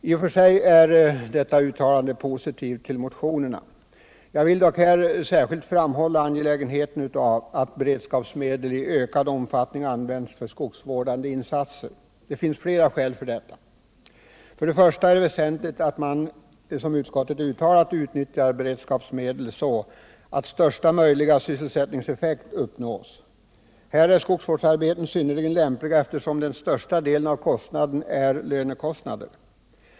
I och för sig är detta uttalande positivt till motionerna. Jag vill dock här särskilt framhålla angelägenheten av att beredskapsmedel i ökad omfattning används för skogsvårdande insatser. Det finns flera skäl för detta. För det första är det väsentligt att man — som utskottet har uttalat — utnyttjar beredskapsmedel så att största möjliga sysselsättningseffekt uppnås. Här är skogsvårdsarbeten synnerligen lämpliga, eftersom den största delen av kostnaden är lönekostnader.